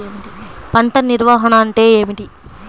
పంట నిర్వాహణ అంటే ఏమిటి?